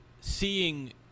seeing